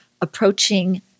approaching